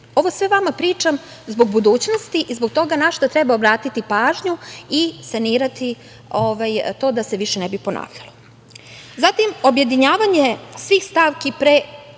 Ovo sve vama pričam zbog budućnosti i zbog toga na šta treba obratiti pažnju i sanirati to da se ne bi više ponavljalo. Zatim, objedinjavanje svih stavki pre